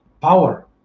power